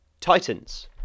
Titans